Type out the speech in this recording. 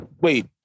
Wait